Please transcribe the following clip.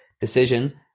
decision